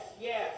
yes